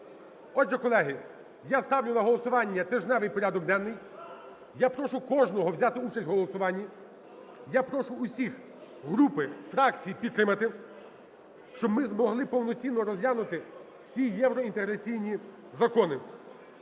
Отже, колеги, я ставлю на голосування тижневий порядок денний. Я прошу кожного взяти участь в голосуванні. Я прошу усі групи, фракції підтримати, щоб ми змогли повноцінно розглянути всі євроінтеграційні закони.